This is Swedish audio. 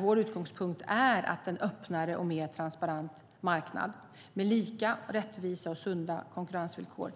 Vår utgångspunkt är ju att en öppnare och mer transparent marknad, med lika, rättvisa och sunda konkurrensvillkor,